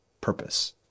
purpose